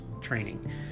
training